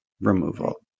removal